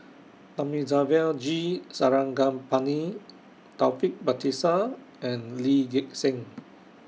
Thamizhavel G Sarangapani Taufik Batisah and Lee Gek Seng